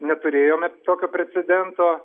neturėjome tokio precedento